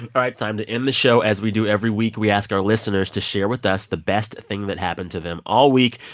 right. it's time to end the show as we do every week. we ask our listeners to share with us the best thing that happened to them all week.